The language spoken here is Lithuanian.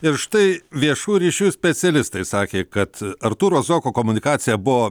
ir štai viešųjų ryšių specialistai sakė kad artūro zuoko komunikacija buvo